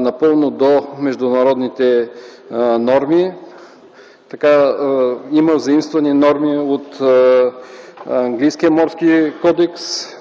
напълно до международните норми. Има заимствани норми от английския морски кодекс,